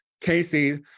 Casey